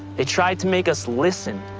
they tried to make us listen.